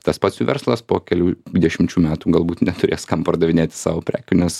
tas pats jų verslas po kelių dešimčių metų galbūt neturės kam pardavinėt savo prekių nes